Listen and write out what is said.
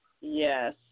Yes